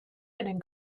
hidden